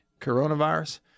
coronavirus